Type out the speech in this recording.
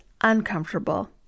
uncomfortable